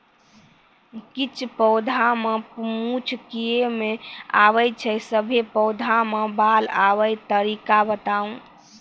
किछ पौधा मे मूँछ किये नै आबै छै, सभे पौधा मे बाल आबे तरीका बताऊ?